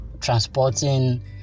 transporting